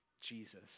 Jesus